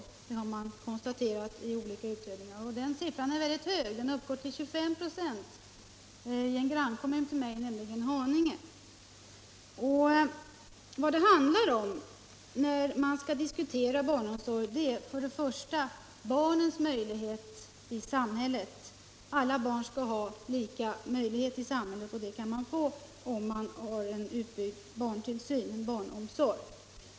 Det har man konstaterat i olika utredningar. Den gruppen är mycket stor. I en av mina grannkommuner, nämligen Haninge kommun, uppgår siffran till 25 96. Vad det handlar om när man skall diskutera barnomsorg är för det första barnens möjligheter i samhället. Alla barn skall ha lika möjlighet i samhället, och det kan de få om man har en utbyggd barnomsorg.